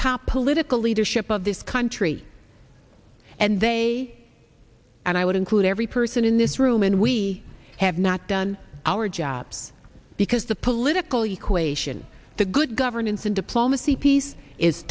top political leadership of this country and they and i would include every person in this room and we have not done our job because the political equation the good governance and diplomacy piece is